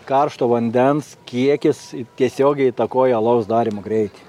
karšto vandens kiekis tiesiogiai įtakoja alaus darymo greitį